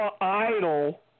idol